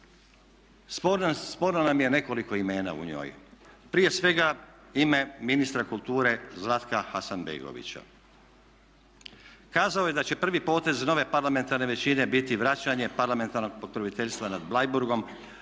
Sporno nam je nekoliko imena u njoj. Prije svega ime ministra kulture Zlatka Hasanbegovića. Kazao je da će prvi potez nove parlamentarne većine biti vraćanje parlamentarnog pokroviteljstva nad Bleiburgom